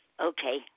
Okay